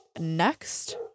Next